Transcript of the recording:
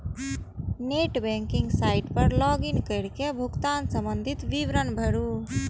net banking site पर log in कैर के भुगतान संबंधी विवरण भरू